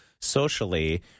socially